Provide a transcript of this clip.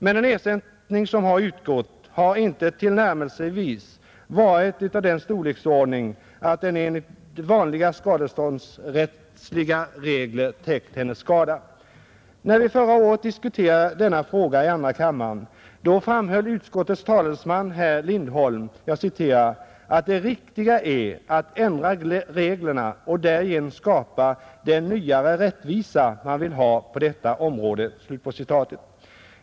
Men den ersättning som utgått har inte tillnärmelsevis varit av sådan storleksordning att den enligt vanliga skadeståndsrättsliga regler När vi förra året diskuterade denna fråga i andra kammaren, framhöll utskottets talesman herr Lindholm, ”att det riktiga är att ändra reglerna och därigenom skapa den nyare rättvisa man vill ha på detta område”.